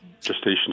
Gestation